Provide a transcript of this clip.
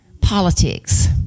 politics